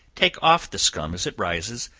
take off the scum as it rises,